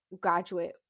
graduate